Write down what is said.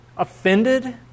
offended